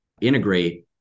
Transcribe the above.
integrate